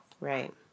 Right